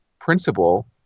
principle